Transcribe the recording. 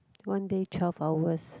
one day twelve hours